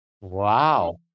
Wow